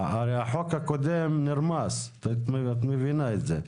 הרי החוק הקודם נרמס, את מבינה את זה.